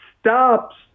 stops